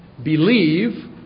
Believe